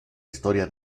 historia